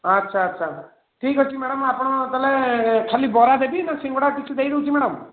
ଆଚ୍ଛା ଆଚ୍ଛା ଠିକ୍ ଅଛି ମ୍ୟାଡ଼ାମ୍ ଆପଣ ତାହେଲେ ଖାଲି ବରା ଦେବି ନା ସିଙ୍ଗଡ଼ା କିଛି ଦେଇଦେଉଛି ମ୍ୟାଡ଼ାମ୍